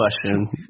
question